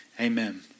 amen